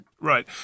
Right